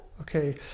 Okay